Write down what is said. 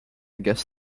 guess